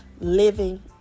living